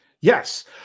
Yes